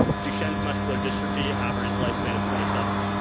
duchenne's muscular dystrophy, average lifespan of twenty seven.